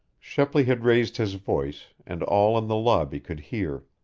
shepley had raised his voice, and all in the lobby could hear.